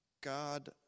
God